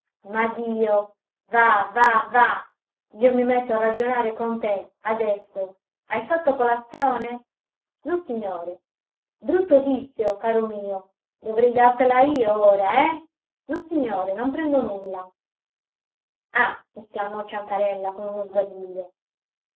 vah vah vah io mi metto a ragionare con te adesso hai fatto colazione nossignore brutto vizio caro mio dovrei dartela io ora eh nossignore non prendo nulla ah esclamò ciancarella con uno sbadiglio